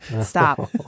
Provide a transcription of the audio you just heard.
Stop